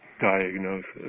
diagnosis